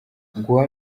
guha